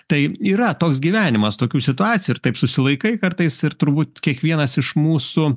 tai yra toks gyvenimas tokių situacijų ir taip susilaikai kartais ir turbūt kiekvienas iš mūsų